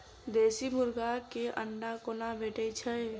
देसी मुर्गी केँ अंडा कोना भेटय छै?